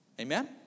Amen